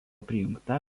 prijungta